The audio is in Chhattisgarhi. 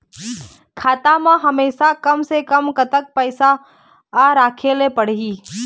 खाता मा हमेशा कम से कम कतक पैसा राखेला पड़ही थे?